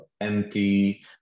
empty